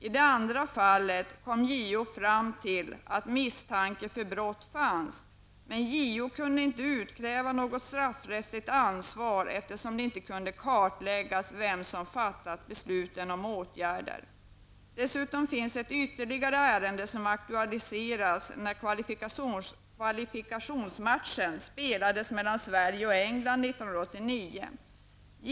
I det andra fallet kom JO fram till att misstanke för brott fanns, men JO kunde inte utkräva något straffrättsligt ansvar eftersom det inte kunde kartläggas vem som fattat besluten om åtgärder. Det finns dessutom ytterligare ett ärende som aktualiserades när kvalifikationsmatchen mellan Sverige och England spelades 1989.